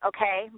Okay